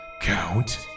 Count